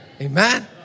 Amen